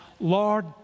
Lord